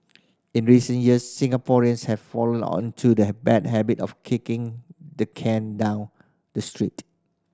in recent years Singaporeans have fallen onto the bad habit of kicking the can down the street